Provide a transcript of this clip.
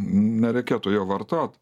nereikėtų jo vartot